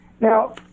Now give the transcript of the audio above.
now